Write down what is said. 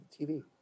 tv